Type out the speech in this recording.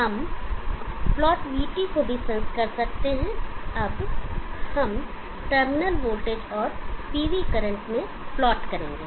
हम plot vT को भी सेंस कर सकते हैं हम अब टर्मिनल वोल्टेज और PV करंट में प्लॉट करेंगे